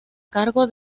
cargo